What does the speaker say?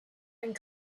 and